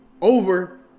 over